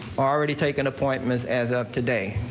already taken appointment as as up today.